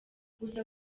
gusa